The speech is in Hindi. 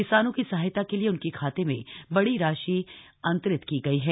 किसानों की सहायता के लिए उनके खाते में बड़ी राशि अंतरित की गई है